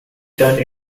turned